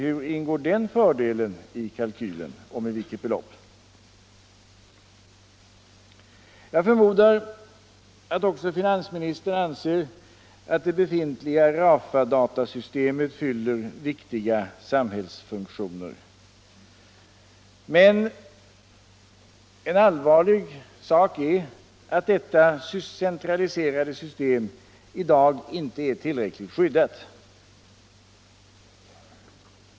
Hur ingår den fördelen i kalkylen och med vilket belopp? Jag förmodar att också finansministern anser att det befintliga RAFA datasystemet fyller viktiga samhällsfunktioner, men en allvarlig sak är att detta centraliserade system i dag inte är tillräckligt skyddat.